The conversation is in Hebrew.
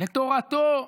לתורתו,